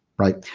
right?